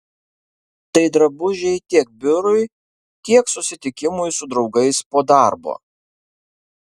tai drabužiai tiek biurui tiek susitikimui su draugais po darbo